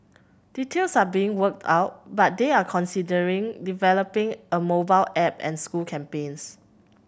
details are being worked out but they are considering developing a mobile app and school campaigns